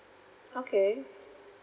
okay